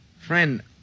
Friend